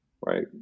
right